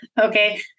Okay